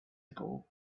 ago